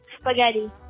spaghetti